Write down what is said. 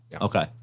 Okay